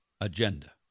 agenda